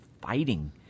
fighting